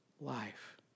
life